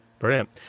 Brilliant